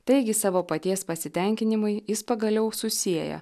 taigi savo paties pasitenkinimui jis pagaliau susieja